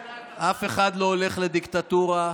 חבר הכנסת יוראי להב הרצנו,